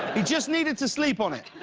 he just needed to sleep on it.